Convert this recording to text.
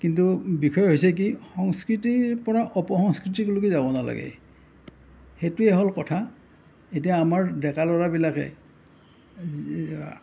কিন্তু বিষয় হৈছে কি সংস্কৃতিৰপৰা অপসংস্কৃতিলৈকে যাব নালাগে সেইটোৱেই হ'ল কথা এতিয়া আমাৰ ডেকা ল'ৰাবিলাকে যি